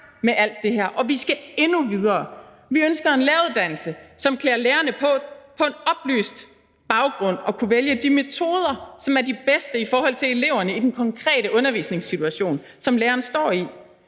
med alt det her, og vi skal endnu videre. Vi ønsker en læreruddannelse, som klæder lærerne på til på en oplyst baggrund at kunne vælge de metoder, som er de bedste i forhold til eleverne i den konkrete undervisningssituation, som læreren står i.